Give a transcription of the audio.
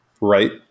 right